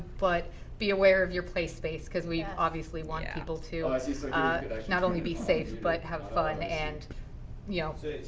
but be aware of your play space, because we obviously want people to ah not ah not only be safe, but have fun. and yeah